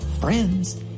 friends